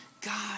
God